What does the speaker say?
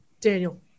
Daniel